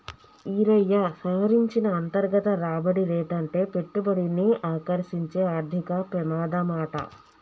ఈరయ్యా, సవరించిన అంతర్గత రాబడి రేటంటే పెట్టుబడిని ఆకర్సించే ఆర్థిక పెమాదమాట